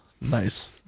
nice